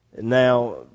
Now